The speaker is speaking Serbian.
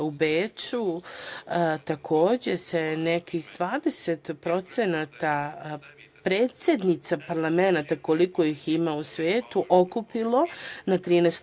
U Beču se, takođe, nekih 20% predsednica parlamenata, koliko ih ima u svetu, okupilo na 13.